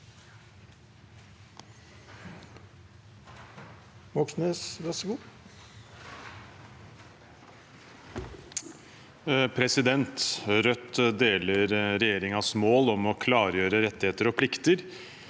Rødt deler regjerin- gens mål om å klargjøre rettigheter og plikter